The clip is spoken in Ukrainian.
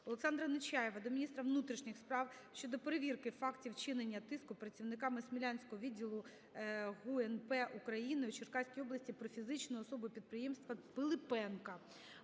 Олександра Нечаєва до міністра внутрішніх справ щодо перевірки фактів чинення тиску працівниками Смілянського відділу ГУНП України у Черкаській області на фізичну особу-підприємця Пилипенка.